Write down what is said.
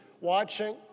watching